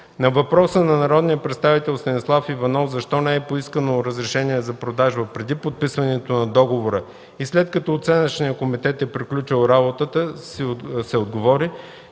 На въпроса на народния представител Станислав Иванов защо не е поискано разрешение за продажба преди подписването на договора и след като оценъчният комитет е приключил работата си, се отговори,